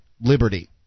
liberty